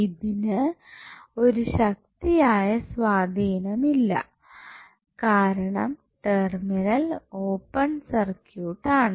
ഇതിനു ഒരു ശക്തിയായ സ്വാധീനം ഇല്ല കാരണം ടെർമിനൽ ഓപ്പൺ സർക്യൂട്ട് ആണ്